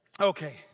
okay